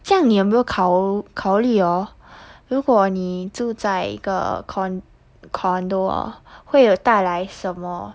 这样你有没有考考虑哦如果你住在一个 con~ condo orh 会有带来什么